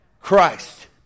Christ